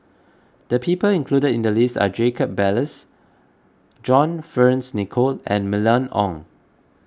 the people included in the list are Jacob Ballas John Fearns Nicoll and Mylene Ong